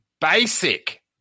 basic